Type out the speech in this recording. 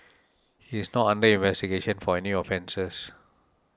he's not under investigation for any offences